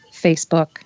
Facebook